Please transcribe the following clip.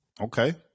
Okay